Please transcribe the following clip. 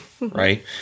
right